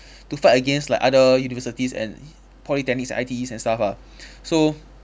to fight against like other universities and polytechnics and I_T_Es and stuff ah so